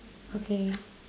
okay